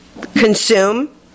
consume